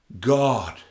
God